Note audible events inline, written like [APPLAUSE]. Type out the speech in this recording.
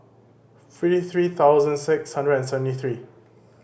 [UNINTELLIGIBLE] three thousand six hundred and seventy three